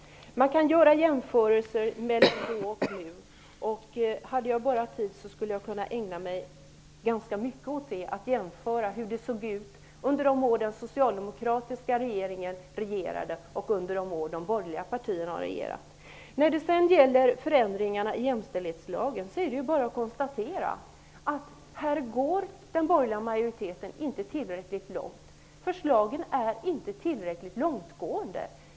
Man kan göra jämförelser mellan då och nu. Hade jag bara tid skulle jag kunna ägna mig ganska mycket åt att jämföra hur det såg ut under de år den socialdemokratiska regeringen regerade och under de år de borgerliga partierna har regerat. När det gäller förändringarna i jämställdhetslagen är det bara att konstatera att den borgerliga majoriteten inte går tillräckligt långt. Förslagen är inte tillräckligt långtgående.